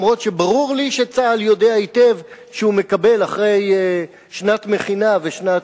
אף-על-פי שברור לי שצה"ל יודע היטב שהוא מקבל אחרי שנת מכינה ושנת